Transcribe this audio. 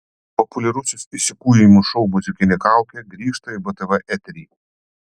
populiarusis įsikūnijimų šou muzikinė kaukė grįžta į btv eterį